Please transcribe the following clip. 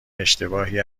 اشتباهی